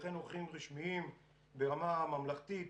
וכן אורחים רשמיים ברמה ממלכתית,